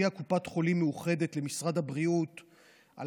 הודיעה קופת חולים מאוחדת למשרד הבריאות על